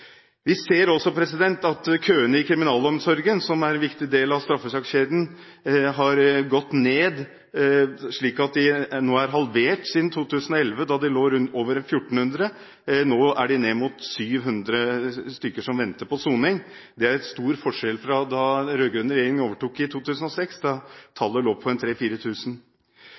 Vi ser også at køene i kriminalomsorgen, som er en viktig del av straffesakskjeden, har gått ned, slik at de nå er halvert siden 2011 da de lå over 1 400. Nå er det ned mot 700 som venter på soning. Det er en stor forskjell fra da den rød-grønne regjeringen overtok i 2006. Da lå tallet på 3 000–4 000. Vi ser også at en